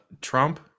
Trump